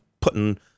putting